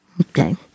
Okay